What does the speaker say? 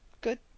Good